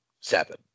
seven